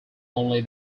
only